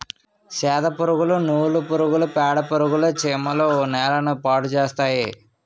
సెదపురుగులు నూలు పురుగులు పేడపురుగులు చీమలు నేలని పాడుచేస్తాయి